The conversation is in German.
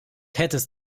hättest